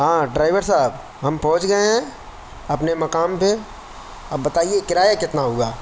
ہاں ڈرائیور صاحب ہم پہنچ گئے ہیں اپنے مقام پہ اب بتائیے کرایہ کتنا ہُوا